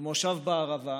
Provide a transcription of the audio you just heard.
ממושב בערבה,